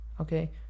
okay